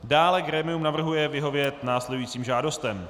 Dále grémium navrhuje vyhovět následujícím žádostem: